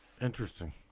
Interesting